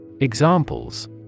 Examples